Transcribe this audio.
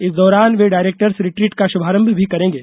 इस दौरान वे डायरेक्टर्स रिट्रीट का शुभारंभ भी करेंगे